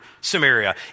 Samaria